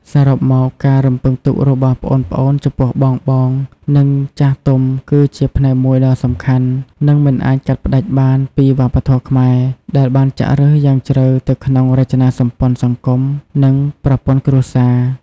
សរុបមក ការរំពឹងទុករបស់ប្អូនៗចំពោះបងៗ និងចាស់ទុំ គឺជា ផ្នែកមួយដ៏សំខាន់ និងមិនអាចកាត់ផ្ដាច់បាន ពីវប្បធម៌ខ្មែរ ដែលបានចាក់ឫសយ៉ាងជ្រៅទៅក្នុងរចនាសម្ព័ន្ធសង្គម និងប្រព័ន្ធគ្រួសារ។